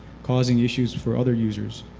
causing issues for other users.